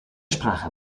sprache